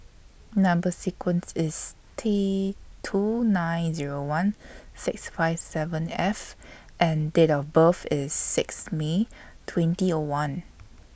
Number sequence IS T two nine Zero one six five seven F and Date of birth IS six May twenty one